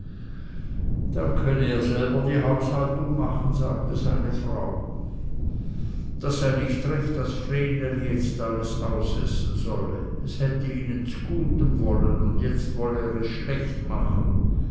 dann könne er selbst die haushaltung machen sagte seine frau das sei nicht recht daß vreneli jetzt alles ausessen solle es hätte ihnen zgutem wollen und jetzt wolle er es schlecht machen